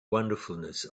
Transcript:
wonderfulness